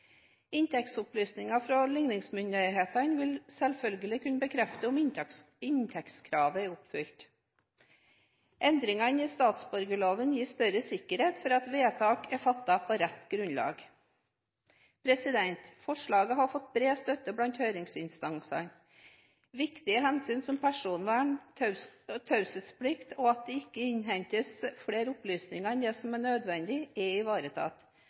Inntektsopplysninger fra ligningsmyndighetene vil selvfølgelig kunne bekrefte om inntektskravet er oppfylt. Endringene i statsborgerloven gir større sikkerhet for at vedtak er fattet på rett grunnlag. Forslaget har fått bred støtte blant høringsinstansene. Viktige hensyn som personvern, taushetsplikt og at det ikke skal innhentes flere opplysninger enn det som er nødvendig, er ivaretatt.